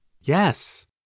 Yes